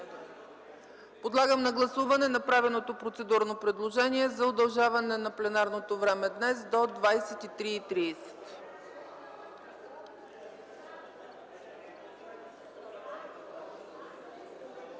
Подлагам на гласуване направеното процедурно предложение за удължаване на работното време до